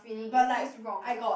but like I got